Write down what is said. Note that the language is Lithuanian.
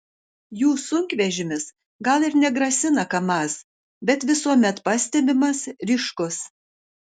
jų sunkvežimis gal ir negrasina kamaz bet visuomet pastebimas ryškus